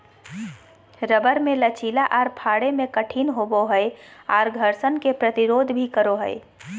rubber मे लचीला आर फाड़े मे कठिन होवो हय आर घर्षण के प्रतिरोध भी करो हय